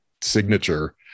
signature